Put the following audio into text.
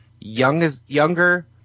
younger